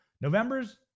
November's